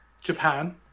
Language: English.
Japan